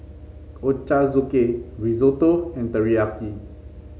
Ochazuke Risotto and Teriyaki